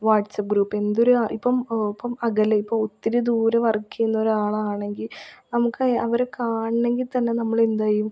WhatsApp group എന്തൊരു ഇപ്പം ഇപ്പം അകലെ ഇപ്പം ഒത്തിരി ദൂരെ വർക്ക് ചെയ്യുന്ന ഒരാൾ ആണെങ്കിൽ നമുക്ക് അവരെ കാണണമെങ്കിൽ തന്നെ നമ്മൾ എന്ത് ചെയ്യും